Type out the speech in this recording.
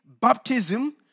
baptism